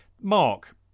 Mark